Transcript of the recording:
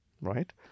right